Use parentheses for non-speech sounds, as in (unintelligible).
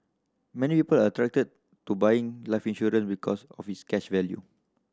many (unintelligible) are attracted to buying life insurance because of its cash value